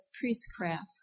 priestcraft